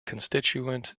constituent